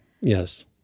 Yes